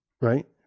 right